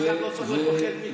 דווקא עכשיו לא צריך לפחד מכלום.